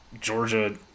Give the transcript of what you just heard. Georgia